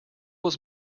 was